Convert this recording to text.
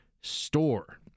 store